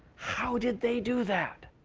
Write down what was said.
how did they do that?